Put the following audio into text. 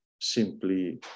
simply